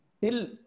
till